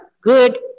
good